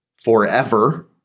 forever